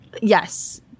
yes